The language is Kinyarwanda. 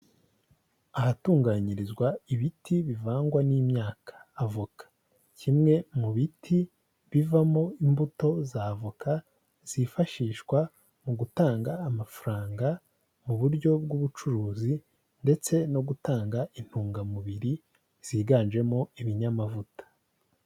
Ahatunganyirizwa ibiti bivangwa n'imyaka avoka, kimwe mu biti bivamo imbuto z'avoka zifashishwa mu gutanga amafaranga mu buryo bw'ubucuruzi ndetse no gutanga intungamubiri ziganjemo ibinyamavuta.